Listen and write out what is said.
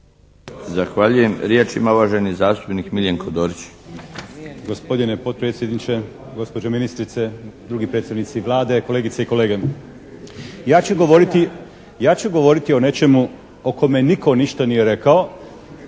Zahvaljujem. Riječ ima uvaženi zastupnik Miljenko Dorić.